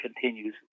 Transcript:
continues